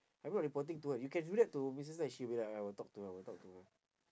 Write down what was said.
I'm not reporting to her you can do that to missus lai she'll be like I will talk to her I'll talk to her